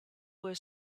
were